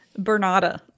Bernada